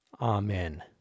Amen